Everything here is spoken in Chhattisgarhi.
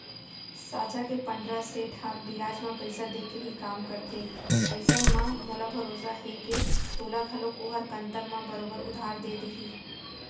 साजा के पंडरा सेठ ह बियाज म पइसा देके ही काम करथे अइसन म मोला भरोसा हे के तोला घलौक ओहर कन्तर म बरोबर उधार दे देही